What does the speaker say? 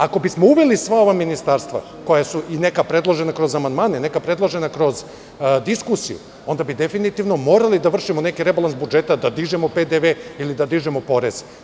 Ako bismo uveli sva ova ministarstva, neka predložena kroz amandmane, neka predložena kroz diskusiju, onda bi definitivno morali da vršimo neki rebalans budžeta, da dižemo neki PDV ili da dižemo porez.